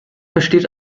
besteht